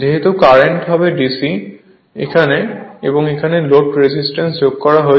যেহেতু কারেন্ট হবে DC এবং এখানে লোড রেজিস্ট্যান্স যোগ করা হয়েছে